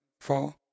fall